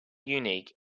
unique